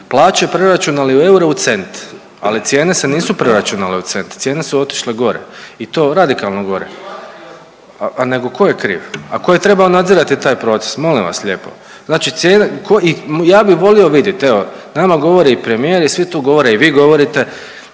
plaće preračunali u eure u cent, ali cijene se nisu preračunale u cent, cijene su otišle gore i to radikalno gore. …/Upadica se ne razumije./… A nego tko je kriv? A tko je trebao nadzirati taj proces molim vas lijepo? Znači cijene, ja bi volio vidit evo nama govori i premijer i svi tu govore i vi govorite